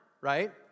right